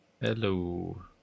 Hello